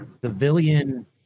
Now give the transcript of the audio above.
civilian